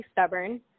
stubborn